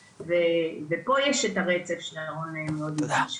ופה יש את הרצף שירון מאוד הדגיש.